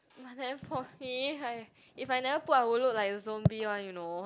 but then for me I if I never put I will look like a zombie one you know